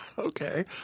Okay